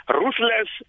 ruthless